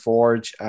Forge